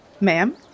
ma'am